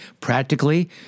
practically